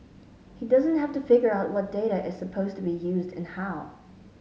he doesn't have to figure out what data is supposed to be used and how